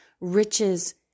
riches